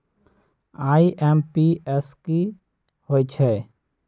IMPS की होईछइ?